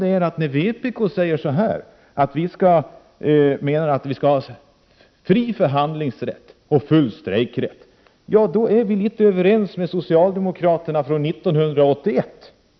När vi i vpk säger att det skall vara fri förhandlingsrätt och full strejkrätt, är vi något överens med socialdemokraterna — som det var 1981.